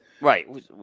Right